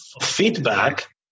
feedback